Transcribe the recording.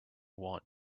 want